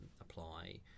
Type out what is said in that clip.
apply